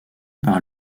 par